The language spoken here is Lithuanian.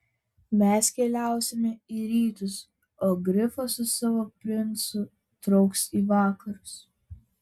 mes keliausime į rytus o grifas su savo princu trauks į vakarus